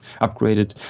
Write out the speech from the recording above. upgraded